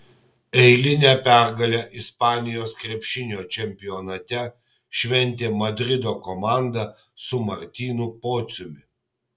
eilinę pergalę ispanijos krepšinio čempionate šventė madrido komanda su martynu pociumi